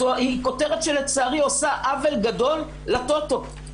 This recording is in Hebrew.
היא כותרת שלצערי עושה עוול גדול לטוטו.